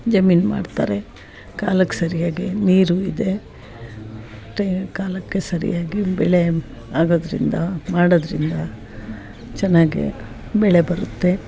ಜಮೀನು ಮಾಡ್ತಾರೆ ಕಾಲಕ್ಕೆ ಸರಿಯಾಗಿ ನೀರೂ ಇದೆ ಮತ್ತು ಕಾಲಕ್ಕೆ ಸರಿಯಾಗಿ ಬೆಳೆ ಆಗೋದರಿಂದ ಮಾಡೋದರಿಂದ ಚೆನ್ನಾಗೇ ಬೆಳೆ ಬರುತ್ತೆ